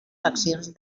faccions